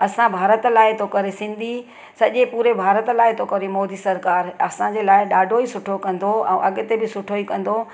असां भारत लाइ थो करे सिंधी सॼे पूरे भारत लाइ थो करे मोदी सरकारु असांजे लाइ ॾाढो ई सुठो कंदो ऐं अॻिते बि सुठो ई कंदो